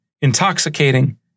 intoxicating